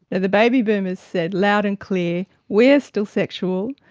the the baby boomers said loud and clear we're still sexual,